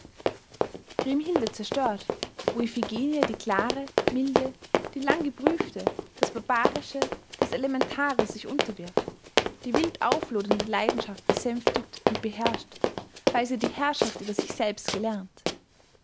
chriemhilde zerstört wo iphigenie die klare milde die lang geprüfte das barbarische das elementare sich unterwirft die wild auflodernde leidenschaft besänftigt und beherrscht weil sie die herrschaft über sich selbst gelernt